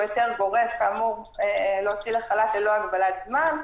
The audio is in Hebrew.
היתר גורף להוציא לחל"ת ללא הגבלת זמן,